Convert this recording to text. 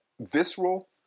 visceral